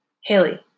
Haley